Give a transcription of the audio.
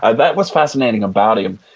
ah that was fascinating about him.